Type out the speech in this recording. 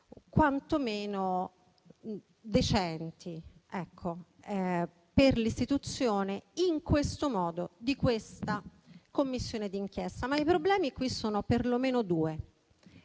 quanto meno decenti per l'istituzione in questo modo della Commissione d'inchiesta in esame. I problemi però sono perlomeno due: